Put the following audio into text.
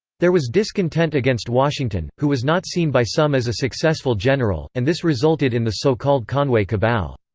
there was discontent against washington, who was not seen by some as a successful general, and this resulted in the so-called conway cabal.